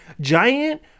giant